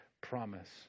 promise